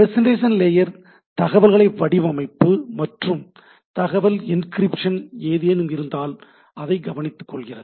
presentation layer தகவல்களை வடிவமைப்பு மற்றும் தகவல் என்கிரிப்ஷன் ஏதேனும் இருந்தால் அதை கவனித்துக் கொள்கிறது